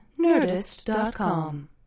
Nerdist.com